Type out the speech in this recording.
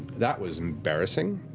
that was embarrassing.